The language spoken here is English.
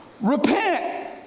repent